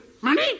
Money